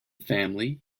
family